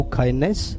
kindness